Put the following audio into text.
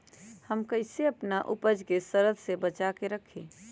हम कईसे अपना उपज के सरद से बचा के रखी?